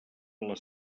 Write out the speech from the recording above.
les